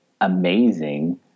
amazing